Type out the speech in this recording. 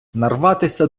нарватися